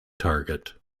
target